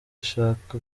ishaka